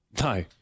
No